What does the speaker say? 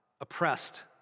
oppressed